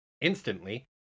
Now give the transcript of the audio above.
Instantly